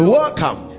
welcome